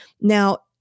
Now